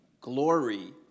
glory